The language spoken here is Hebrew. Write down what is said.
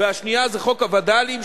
והשנייה זה חוק הווד"לים,